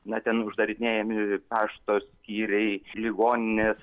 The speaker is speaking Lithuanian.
na ten uždarinėjami pašto skyriai ligoninės